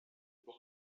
boy